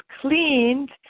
cleaned